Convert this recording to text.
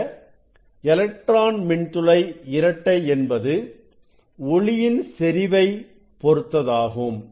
இந்த எலக்ட்ரான் மின்துளை இரட்டை என்பது ஒளியின் செறிவை பொருத்ததாகும்